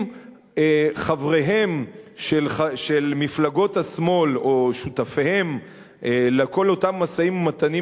אם חבריהן של מפלגות השמאל או שותפיהן לכל אותם משאים-ומתנים